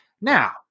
Now